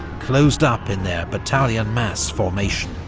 closed up in their battalion mass formation.